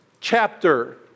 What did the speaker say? chapter